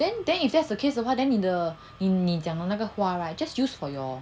then then if that's the case 的话 then 你的你讲的那个花 right just use for your